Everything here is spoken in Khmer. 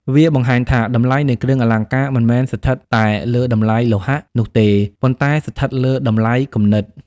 វាបង្ហាញថា តម្លៃនៃគ្រឿងអលង្ការមិនមែនស្ថិតតែលើ "តម្លៃលោហៈ" នោះទេ ប៉ុន្តែស្ថិតលើ "តម្លៃគំនិត"។